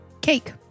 Cake